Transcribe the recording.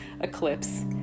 eclipse